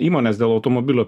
įmones dėl automobilio